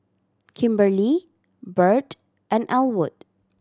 Kimberlie Birt and Elwood